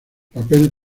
papel